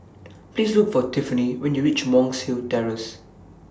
Please Look For Tiffany when YOU REACH Monk's Hill Terrace